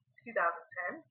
2010